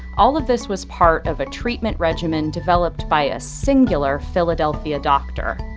all of this was part of a treatment regimen developed by a singular philadelphia doctor,